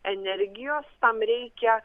energijos tam reikia